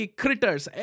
critters